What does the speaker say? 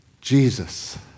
Jesus